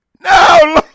No